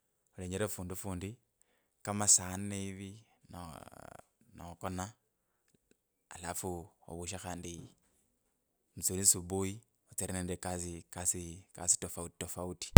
Ilenjera fundu fundi kama saa nne ivi no nokona alafu ovushe khandi mutsuli subui otsirire nende ekasi kasi kasi tofauti tafauti.